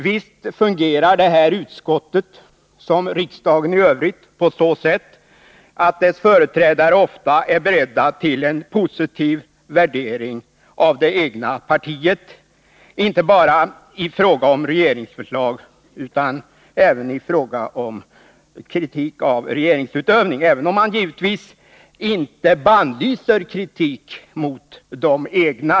Visst fungerar konstitutionsutskottet, som riksdagen i övrigt, så, att dess företrädare ofta är beredda till en positiv värdering av det egna partiet, inte bara i fråga om regeringsförslag utan även i fråga om regeringsutövningen, även om man givetvis inte bannlyser kritik mot de egna.